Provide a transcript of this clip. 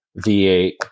V8